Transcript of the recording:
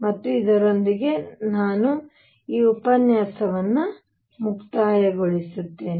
ಮತ್ತು ಇದರೊಂದಿಗೆ ನಾನು ಈ ಉಪನ್ಯಾಸವನ್ನು ಮುಕ್ತಾಯಗೊಳಿಸುತ್ತೇನೆ